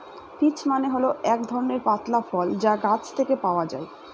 peach মানে হল এক ধরনের পাতলা ফল যা গাছ থেকে পাওয়া যায়